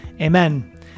Amen